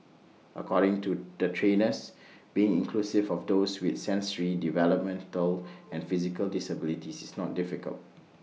according to the trainers being inclusive of those with sensory developmental and physical disabilities is not difficult